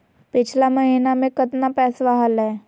पिछला महीना मे कतना पैसवा हलय?